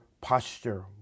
posture